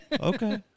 Okay